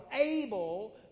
able